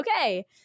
okay